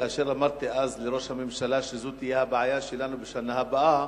כאשר אמרתי אז לראש הממשלה שזו תהיה הבעיה שלנו בשנה הבאה,